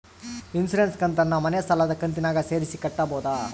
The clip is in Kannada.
ಇನ್ಸುರೆನ್ಸ್ ಕಂತನ್ನ ಮನೆ ಸಾಲದ ಕಂತಿನಾಗ ಸೇರಿಸಿ ಕಟ್ಟಬೋದ?